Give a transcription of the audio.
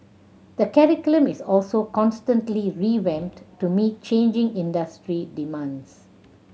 the curriculum is also constantly revamped to meet changing industry demands